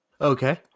Okay